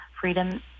freedom